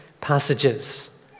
passages